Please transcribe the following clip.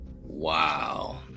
Wow